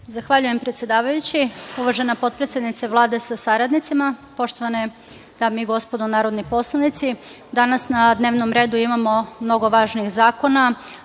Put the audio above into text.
Zahvaljujem, predsedavajući. Uvažena potpredsednice Vlade sa saradnicima, poštovane dame i gospodo narodni poslanici, danas na dnevnom redu imamo mnogo važnih zakona,